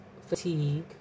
fatigue